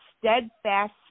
steadfast